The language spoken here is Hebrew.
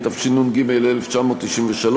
התשנ"ג 1993,